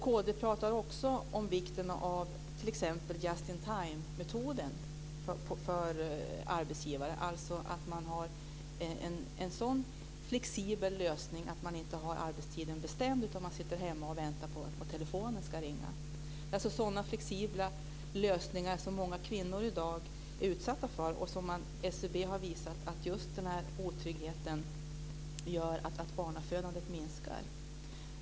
Kd talar också om vikten av t.ex. just-in-timemetoden för arbetsgivare, dvs. att människor har en sådan flexibel lösning att de inte har arbetstiden bestämd utan sitter hemma och väntar på att telefonen ska ringa. Det är sådana flexibla lösningar som många kvinnor i dag är utsatta för. SCB har visat att just den otryggheten gör att barnafödandet minskar.